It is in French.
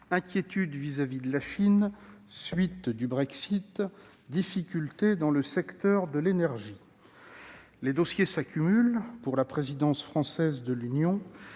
inquiétude vis-à-vis de la Chine, suite du Brexit, difficultés dans le secteur de l'énergie : les dossiers s'accumulent pour la présidence française de l'Union